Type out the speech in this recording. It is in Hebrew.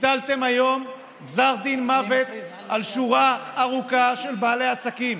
הטלתם היום גזר דין מוות על שורה ארוכה של בעלי עסקים.